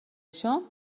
això